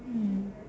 mm